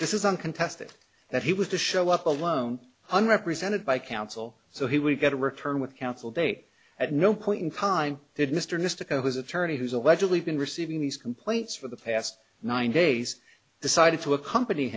this is uncontested that he was to show up alone and represented by counsel so he would get to return with counsel date at no point in time did mr mystic and his attorney who's allegedly been receiving these complaints for the past nine days decided to accompany